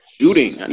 Shooting